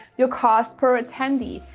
your cost per attendee,